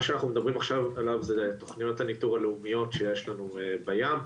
שאנחנו מדברים עליו עכשיו זה תוכניות הניתור הלאומיות שיש לנו בים,